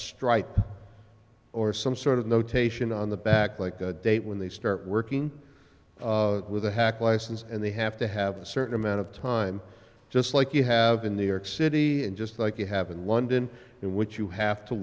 stright or some sort of notation on the back like the date when they start working with a hack license and they have to have a certain amount of time just like you have in new york city and just like you have in london in which you have to